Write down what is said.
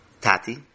Tati